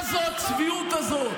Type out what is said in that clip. מה זו הצביעות הזאת?